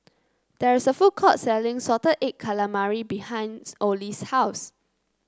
there is a food court selling Salted Egg Calamari behinds Ollie's house